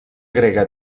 grega